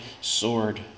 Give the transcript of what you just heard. sword